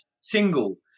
single